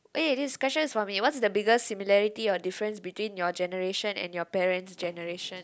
eh this question is for me what's the biggest similarity or difference between your generation and your parent's generation